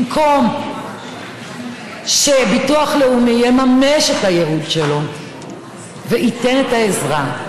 במקום שביטוח לאומי יממש את הייעוד שלו וייתן את העזרה,